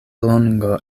longo